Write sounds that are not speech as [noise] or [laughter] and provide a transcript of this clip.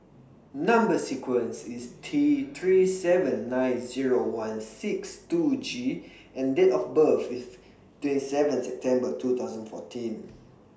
Number sequence IS T three seven nine Zero one six two G and Date of birth IS twenty seventh September two thousand fourteen [noise]